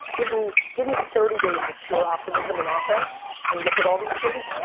give me give me thirty days of pure optimism and offense and look at all these things,